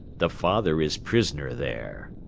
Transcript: the father is prisoner there.